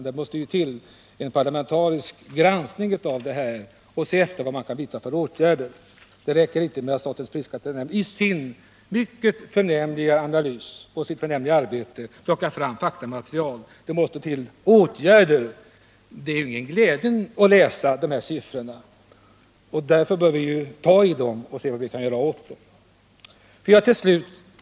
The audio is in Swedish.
Det måste till en parlamentarisk granskning för att se efter vad man kan hitta för åtgärder. Det räcker inte med att statens prisoch kartellnämnd genom sitt mycket förnämliga arbete plockar fram faktamaterial. Det är ingen glädje att läsa de siffrorna, och därför bör vi ta i dem och se vad vi kan göra åt dem.